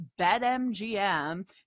BetMGM